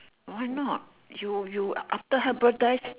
why not you you after her birthday's